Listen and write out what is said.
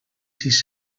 sis